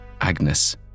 Agnes